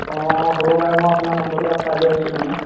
হ'ব পাৰে মই আপোনাৰ নম্বৰটো তাত পায় লৈ আহিছিলোঁ মানে